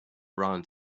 around